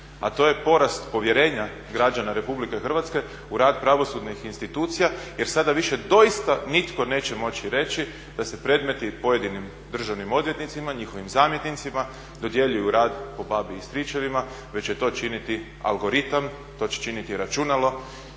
a to je porast povjerenja građana RH u rad pravosudnih institucija jer sada više doista nitko neće moći reći da se predmeti i pojedinim državnim odvjetnicima, njihovim zamjenicima dodjeljuju rad po babi i stričevima već će to činiti algoritam, to će činiti računalo